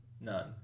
None